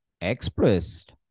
expressed